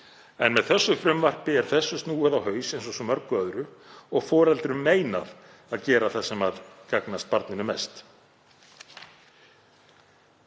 En með þessu frumvarpi er þessu snúið á haus eins og svo mörgu öðru og foreldrum meinað að gera það sem gagnast barninu helst.